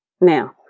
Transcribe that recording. Now